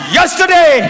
Yesterday